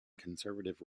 conservative